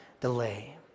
delay